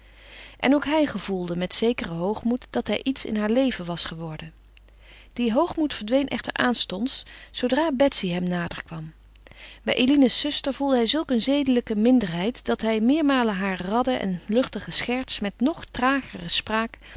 en ook hij gevoelde met zekeren hoogmoed dat hij iets in haar leven was geworden die hoogmoed verdween echter aanstonds zoodra betsy hem nader kwam bij eline's zuster gevoelde hij zulk een zedelijke minderheid dat hij meermalen haar radde en luchtige scherts met nog tragere spraak